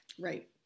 Right